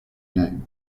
name